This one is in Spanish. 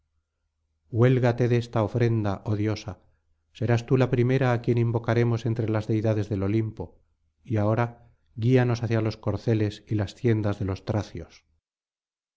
huélgate de esta ofrenda oh diosa serás tú la primera á quien invocaremos entre las deidades del olimpo y ahora guíanos hacia los corceles y las tiendas de los tracios